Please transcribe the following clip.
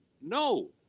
No